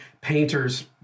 painters